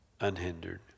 unhindered